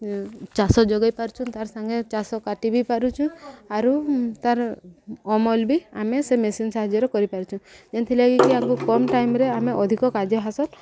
ଚାଷ ଯୋଗେଇ ପାରୁଛୁ ତାର୍ ସାଙ୍ଗେ ଚାଷ କାଟି ବି ପାରୁଛୁ ଆରୁ ତାର ଅମଲ ବି ଆମେ ସେ ମେସିନ୍ ସାହାଯ୍ୟରେ କରିପାରୁଛୁ ଯେନ୍ଥିଲାଗି କିି ଆମକୁ କମ୍ ଟାଇମ୍ରେ ଆମେ ଅଧିକ କାର୍ଯ୍ୟ ହାସଲ